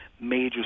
major